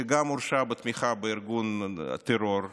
שגם הורשע בתמיכה בארגון טרור,